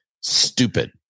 stupid